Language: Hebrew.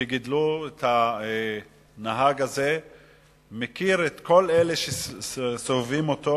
שגידלו את הנהג הזה ומכיר את כל אלה שסובבים אותו.